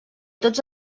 tots